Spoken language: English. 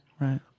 right